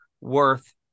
worth